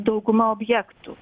dauguma objektų